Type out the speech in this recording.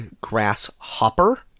grasshopper